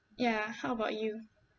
ya how about you